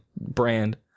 brand